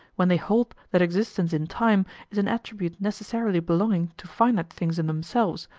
when they hold that existence in time is an attribute necessarily belonging to finite things in themselves,